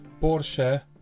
Porsche